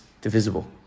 divisible